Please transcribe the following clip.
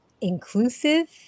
inclusive